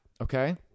okay